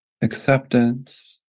acceptance